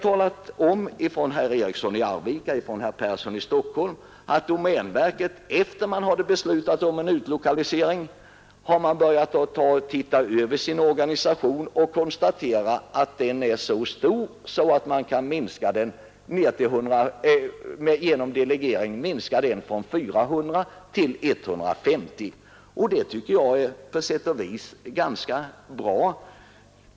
Herr Eriksson i Arvika och herr Persson i Stockholm har nämnt att man inom domänverket efter beslutet om en omlokalisering har börjat se om sin organisation och därvid konstaterat, att denna är så stor att den genom delegering kan minskas från 400 till 150 tjänstemän. Detta tycker jag på sätt och vis är ganska bra.